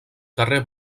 carrer